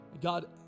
God